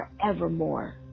forevermore